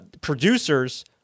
producers